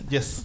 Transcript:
Yes